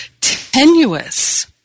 tenuous